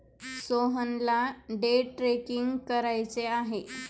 सोहनला day trading करायचे आहे